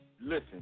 listen